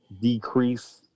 decrease